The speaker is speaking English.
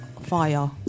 fire